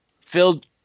filled